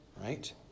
right